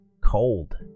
cold